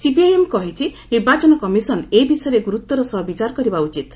CPIM କହିଛି ନିର୍ବାଚନ commission ଏ ବିଷୟର ଗୁରୁତ୍ୱର ସହ ବିଚାର କରିବା ଉଚିତ୍